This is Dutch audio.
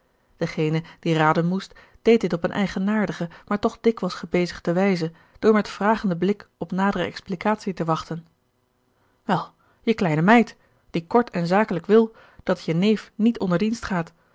degene die raden moest deed dit op eene eigenaardige maar toch dikwijls gebezigde wijze door met vragenden blik op nadere explicatie te wachten wel je kleine meid die kort en zakelijk wil dat je neef niet onder dienst gaat